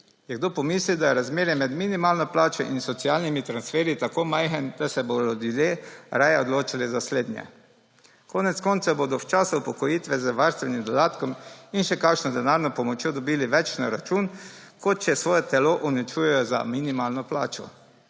Je kdo pomislil, da je razmerje med minimalno plačo in socialnimi transferji tako majhen, da se bodo ljudje raje odločali za slednje? Konec koncev bodo v času upokojitve z varstvenim dodatkom in še kakšno denarno pomočjo dobili več na račun, kot če svoje telo uničujejo za minimalno plačo.